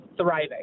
thriving